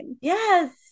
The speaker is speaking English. Yes